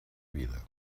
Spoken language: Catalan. vida